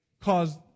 cause